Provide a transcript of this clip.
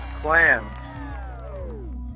Clams